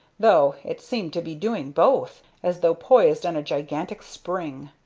though it seemed to be doing both, as though poised on a gigantic spring.